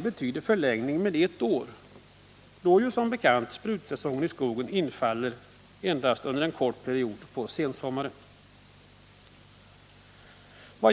betyder en förlängning med ett år, då som bekant sprutsäsongen i skogen infaller under endast en kort period på sensommaren.